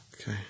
Okay